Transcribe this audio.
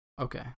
Okay